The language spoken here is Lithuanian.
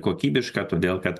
kokybiška todėl kad